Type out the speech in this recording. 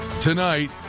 tonight